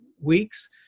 weeks